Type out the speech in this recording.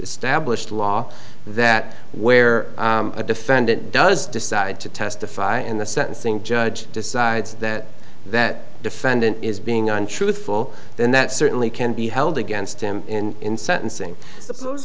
stablished law that where a defendant does decide to testify and the sentencing judge decides that that defendant is being untruthful then that certainly can be held against him in sentencing